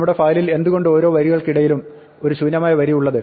നമ്മുടെ ഫയലിൽ എന്തുകൊണ്ടാണ് ഓരോ വരികൾക്കിടയിലും ഒരു ശൂന്യമായ വരി ഉള്ളത്